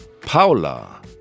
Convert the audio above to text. Paula